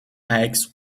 eggs